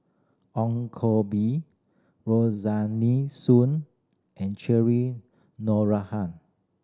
Ong Koh Bee Soon and Cherry